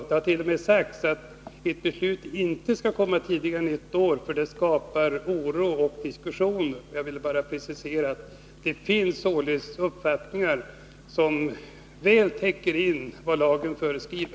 Det har t.o.m. sagts att ett beslut inte bör komma tidigare än ett år i förväg, för det skapar oro och föranleder diskussioner. Jag vill med detta bara precisera mig och säga att det finns uppfattningar som väl överensstämmer med vad lagen föreskriver.